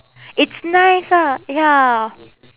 it's nice ah ya